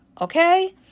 Okay